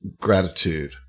gratitude